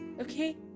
Okay